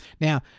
Now